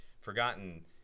forgotten